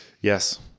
Yes